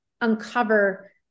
uncover